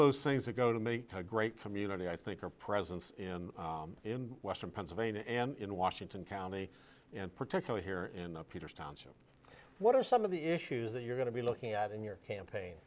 those things that go to make a great community i think are present in western pennsylvania and in washington county and particularly here in the peters township what are some of the issues that you're going to be looking at in your campaign